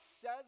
says